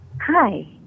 hi